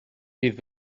bydd